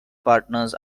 partners